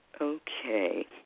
Okay